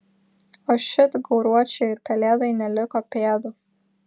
o šit gauruočiui ir pelėdai neliko pėdų